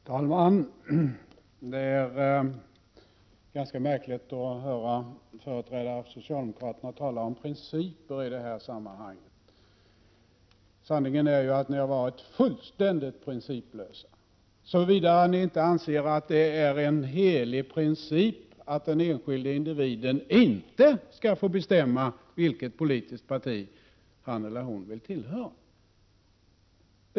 Herr talman! Det är ganska märkligt att höra företrädare för socialdemokraterna tala om principer i detta sammanhang. Sanningen är ju den att ni har varit fullständigt principlösa, såvida ni inte anser att det är en helig princip att den enskilde individen inte skall få bestämma vilket politiskt parti han eller hon vill tillhöra.